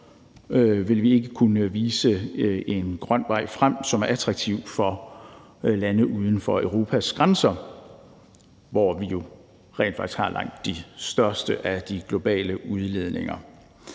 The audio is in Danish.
vil vi ikke kunne vise en grøn vej frem, som er attraktiv for lande uden for Europas grænser, hvor vi jo rent faktisk har langt de største af de globale udledninger.